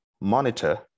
monitor